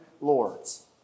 lords